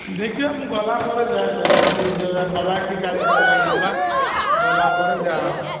ଦେଖିବା ମୁଁ ଗଲାପରେ ଯାହା ଯୋଉରା ନେବା ଗଲାପରେ ଯାହା ହେବ